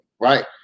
right